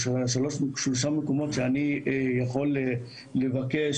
או שלושה מקומות שאני יכול לבקש,